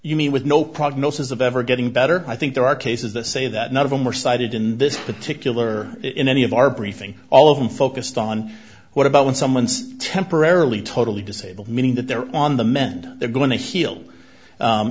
you mean with no prognosis of ever getting better i think there are cases that say that none of them were cited in this particular in any of our briefing all of them focused on what about when someone's temporarily totally disabled meaning that they're on the mend they're go